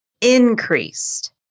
increased